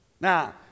Now